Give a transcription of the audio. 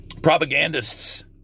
propagandists